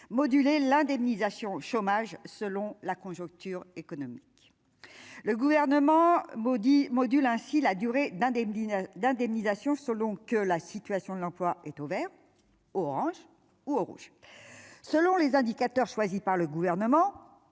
moduler l'indemnisation chômage selon la conjoncture économique, le gouvernement Modi modules ainsi la durée d'indemnisation d'indemnisation selon que la situation de l'emploi est au Vert, orange ou rouge selon les indicateurs choisis par le gouvernement,